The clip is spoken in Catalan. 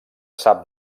sap